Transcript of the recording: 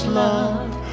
love